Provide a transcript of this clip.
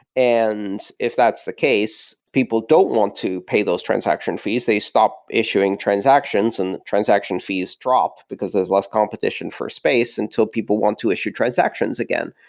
and if that's the case, people don't want to pay those transaction fees. they stop issuing transactions and transaction fees drop, because there's lots of competition for space until people want to issue transactions again.